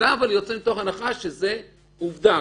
אבל אתה יוצא מתוך הנחה שזאת עובדה,